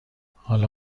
حالا